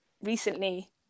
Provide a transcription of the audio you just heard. recently